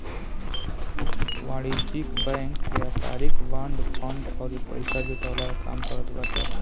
वाणिज्यिक बैंक व्यापारिक bond, fund अउरी पईसा जुटवला के काम करत बाटे